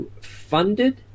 funded